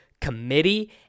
committee